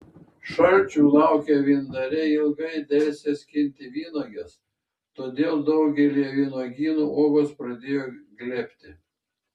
šalčių laukę vyndariai ilgai delsė skinti vynuoges todėl daugelyje vynuogynų uogos pradėjo glebti